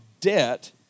debt